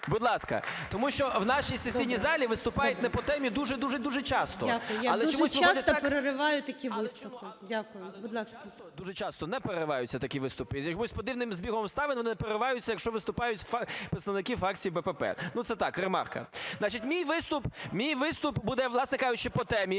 будь ласка. Тому що в нашій сесійній залі виступають не по темі дуже-дуже часто. ГОЛОВУЮЧИЙ. Дякую. Я дуже часто перериваю такі виступи. Дякую. Будь ласка. ЛЕВЧЕНКО Ю.В. Але дуже часто не перериваються такі виступи, за якимось дивним збігом обставин, вони не перериваються, якщо виступають представники фракції БПП. Ну, це так, ремарка. Мій виступ буде, власне кажучи, по темі.